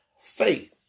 faith